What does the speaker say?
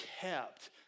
kept